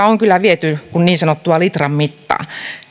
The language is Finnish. on kyllä viety kuin niin sanottua litran mittaa